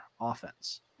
offense